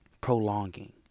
prolonging